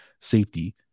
safety